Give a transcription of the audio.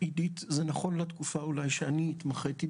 עידית, זה נכון אולי לתקופה שאני התמחיתי בה.